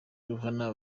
rihana